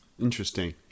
Interesting